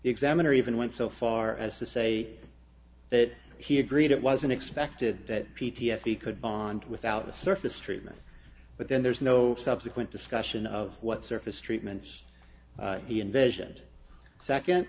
examiner even went so far as to say that he agreed it wasn't expected that p t s d could bond without a surface treatment but then there's no subsequent discussion of what surface treatments he envisioned second